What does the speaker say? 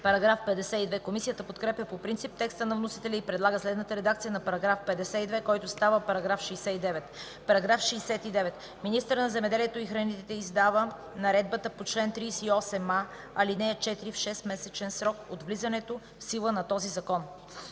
Параграф 52. Комисията подкрепя по принцип текста на вносителя и предлага следната редакция на § 52, който става § 69: „§ 69. Министърът на земеделието и храните издава наредбата по чл. 38а, ал. 4 в 6-месечен срок от влизането в сила на този закон.”